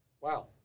Wow